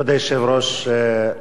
כבוד היושב-ראש,